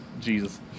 Jesus